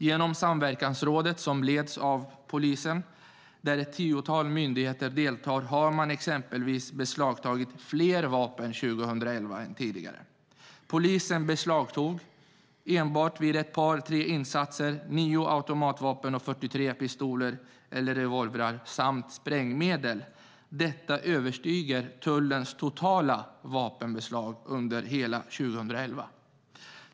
Genom Samverkansrådet som leds av polisen, där ett tiotal myndigheter deltar, har man beslagtagit fler vapen 2011 än tidigare. Polisen beslagtog vid enbart ett par tre insatser 9 automatvapen och 43 pistoler eller revolvrar samt sprängmedel. Detta överstiger tullens totala vapenbeslag under hela 2011.